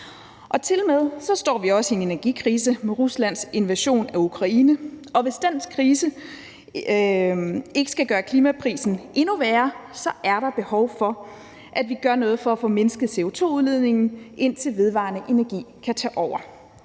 Tilmed står vi også i en energikrise med Ruslands invasion af Ukraine, og hvis den krise ikke skal gøre klimaprisen endnu værre, er der behov for, at vi gør noget for at få mindsket CO2-udledningen, indtil vedvarende energi kan tage over.